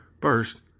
First